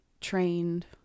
trained